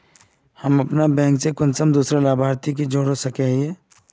हम अपन बैंक से कुंसम दूसरा लाभारती के जोड़ सके हिय?